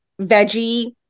veggie